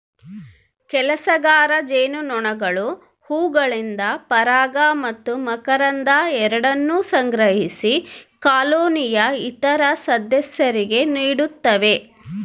ಕೆಲಸಗಾರ ಜೇನುನೊಣಗಳು ಹೂವುಗಳಿಂದ ಪರಾಗ ಮತ್ತು ಮಕರಂದ ಎರಡನ್ನೂ ಸಂಗ್ರಹಿಸಿ ಕಾಲೋನಿಯ ಇತರ ಸದಸ್ಯರಿಗೆ ನೀಡುತ್ತವೆ